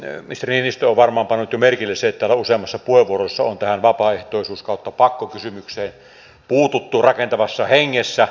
ministeri niinistö on varmaan pannut jo merkille sen että täällä useammassa puheenvuorossa on tähän vapaaehtoisuuspakko kysymykseen puututtu rakentavassa hengessä